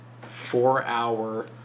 four-hour